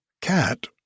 Cat